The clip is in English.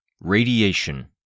RADIATION